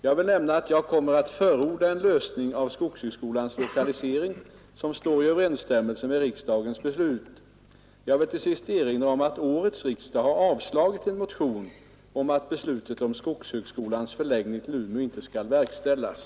Jag vill nämna att jag kommer att förorda en lösning av skogshögskolans lokalisering som stär i överensstämmelse med riksdagens beslut. Jag vill till sist erinra om att årets riksdag har avslagit en motion om att beslutet om skogshögskolans förläggning till Umeå inte skall verkställas.